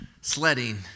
sledding